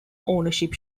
ownership